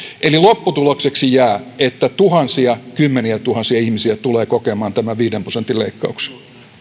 eli lopputulokseksi jää että tuhansia kymmeniätuhansia ihmisiä tulee kokemaan tämän viiden prosentin leikkauksen